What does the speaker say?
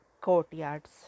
courtyards